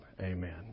amen